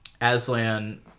aslan